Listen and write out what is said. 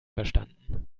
verstanden